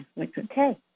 Okay